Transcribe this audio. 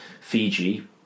Fiji